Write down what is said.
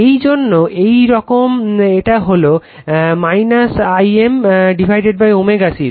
এই জন্য এটা এইরকম এটা হলো I m ω C